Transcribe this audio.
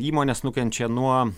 įmones nukenčia nuo